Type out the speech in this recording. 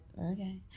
okay